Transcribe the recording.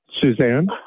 Suzanne